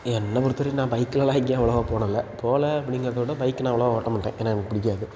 என்னை பொறுத்தவரைக்கும் நான் பைக்லெலாம் எங்கேயும் அவ்வளவா போனதில்லை போலே அப்படிங்கறத விட பைக் நான் அவ்வளவா ஓட்ட மாட்டேன் ஏனால் எனக்குப் பிடிக்காது